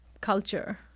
culture